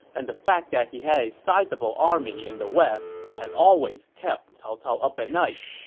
and the fact that he had a sizable army in the west had always kept cao cao up at night.